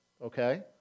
Okay